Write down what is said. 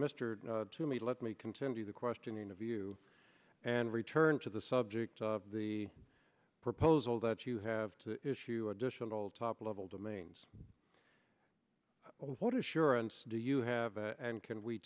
mr to me let me continue the questioning of you and return to the subject of the proposal that you have to issue additional top level domains what assurance do you have and can we